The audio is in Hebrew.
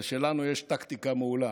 זה שלנו יש טקטיקה מעולה,